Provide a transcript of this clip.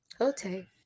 Okay